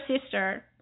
sister